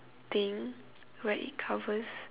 thing where it covers